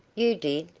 you did?